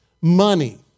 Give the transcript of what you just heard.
money